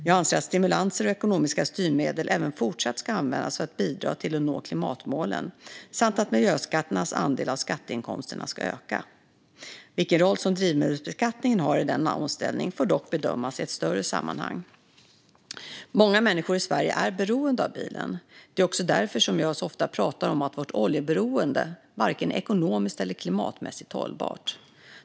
Jag anser att stimulanser och ekonomiska styrmedel även i fortsättningen ska användas för att bidra till att nå klimatmålen samt att miljöskatternas andel av skatteinkomsterna ska öka. Vilken roll som drivmedelsbeskattningen har i denna omställning får dock bedömas i ett större sammanhang. Många människor i Sverige är beroende av bilen. Det är också därför jag så ofta pratar om att vårt oljeberoende varken är ekonomiskt eller klimatmässigt hållbart.